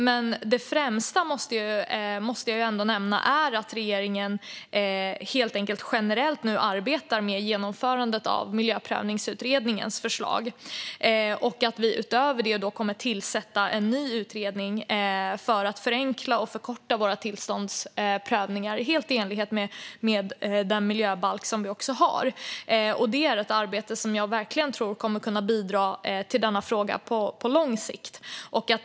Men det främsta, det måste jag ändå nämna, är helt enkelt att regeringen generellt nu arbetar med genomförandet av Miljöprövningsutredningens förslag och att vi utöver det kommer att tillsätta en ny utredning för att förenkla och förkorta våra tillståndsprövningar, helt i enlighet med den miljöbalk vi har. Det är ett arbete som jag verkligen tror kommer att kunna bidra till den här frågan på lång sikt.